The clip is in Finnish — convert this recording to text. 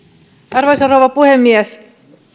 arvoisa rouva puhemies